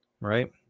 right